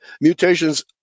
mutations